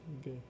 Okay